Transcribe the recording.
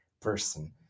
person